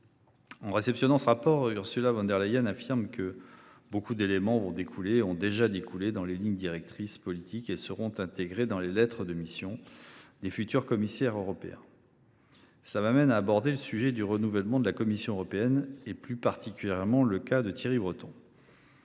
En réceptionnant ce rapport, Ursula von der Leyen a affirmé :« Beaucoup d’éléments vont découler et ont déjà découlé dans les lignes directrices politiques et seront intégrés dans les lettres de mission [des futurs commissaires européens]. » Cela m’amène à aborder le sujet du renouvellement de la Commission européenne, plus particulièrement le cas de Thierry Breton.